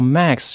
Max，